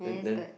then then